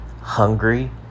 hungry